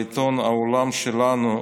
בעיתון "העולם שלנו",